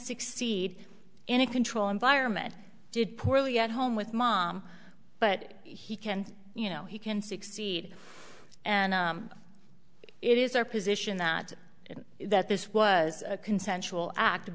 succeed in a control environment did poorly at home with mom but he can't you know he can succeed and it is our position that that this was a consensual act